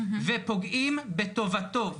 ופוגעים בטובתו,